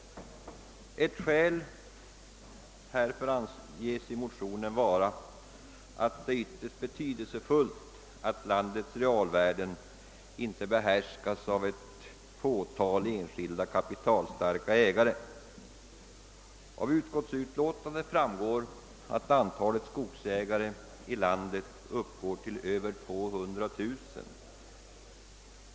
Ett skäl härför anges i motionerna vara »att det är ytterst betydelsefullt att landets realvärden inte behärskas av ett fåtal kapitalstarka ägare». Av utlåtandet framgår att antalet skogsägare i landet uppgår till över tvåhundratusen.